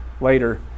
later